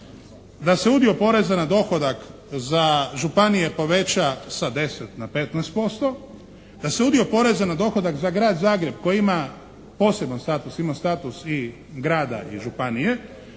da se udio poreza na dohodak za županije poveća sa 10 na 15%, da se udio poreza na dohodak za Grad Zagreb koji ima poseban status, ima status i grada i županije